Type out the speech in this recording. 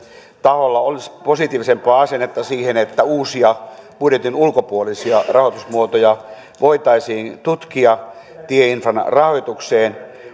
taholla olisi positiivisempaa asennetta siihen että uusia budjetin ulkopuolisia rahoitusmuotoja voitaisiin tutkia tieinfran rahoitukseen